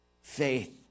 Faith